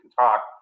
talk